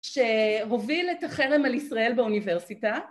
שהוביל את החרם על ישראל באוניברסיטה